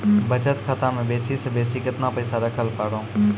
बचत खाता म बेसी से बेसी केतना पैसा रखैल पारों?